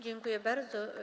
Dziękuję bardzo.